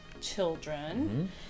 children